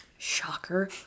Shocker